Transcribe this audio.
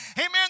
Amen